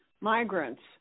migrants